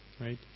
right